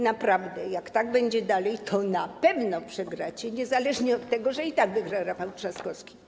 Naprawdę jak tak będzie dalej, to na pewno przegracie niezależnie od tego, że i tak wygra Rafał Trzaskowski.